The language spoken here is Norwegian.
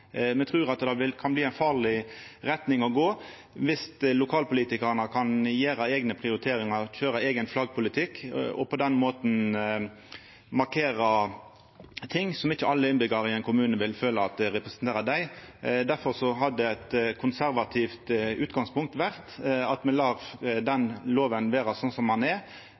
Me trur at det kan bli ei farleg retning å gå i dersom lokalpolitikarane kan gjera eigne prioriteringar, køyra eigen flaggpolitikk og på den måten markera ting som ikkje alle innbyggjarane i ein kommune vil føla representerer dei. Difor hadde eit konservativt utgangspunkt vore at me lar den loven vera sånn som han er,